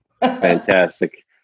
Fantastic